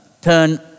turn